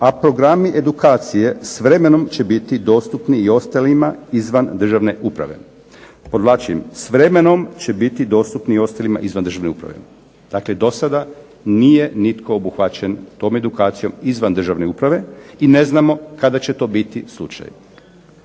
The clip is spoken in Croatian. a programi edukacije s vremenom će biti dostupni i ostalima izvan državne uprave. Podvlačim s vremenom će biti dostupni izvan državne uprave. Dakle do sada nije nitko obuhvaćen tom edukacijom izvan državne uprave i ne znamo kada će to biti slučaj.